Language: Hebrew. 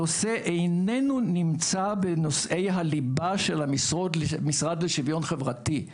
הנושא איננו נמצא בנושא הליבה של המשרד לשוויון חברתי.